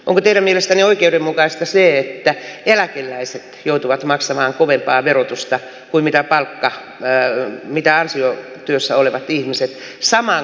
onko teidän mielestänne oikeudenmukaista se että eläkeläiset joutuvat maksamaan kovempaa verotusta kuin mitä palkkaa näy mitään syö työssä olevat heidän varajäsenet